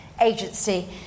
Agency